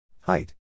Height